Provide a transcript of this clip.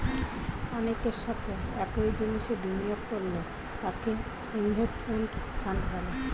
অনেকের সাথে একই জিনিসে বিনিয়োগ করলে তাকে ইনভেস্টমেন্ট ফান্ড বলে